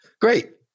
Great